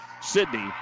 Sydney